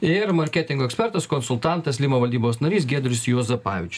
ir marketingo ekspertas konsultantas lima valdybos narys giedrius juozapavičius